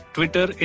Twitter